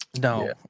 No